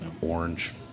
orange